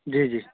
جی جی